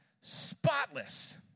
Spotless